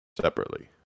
separately